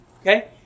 Okay